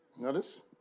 Notice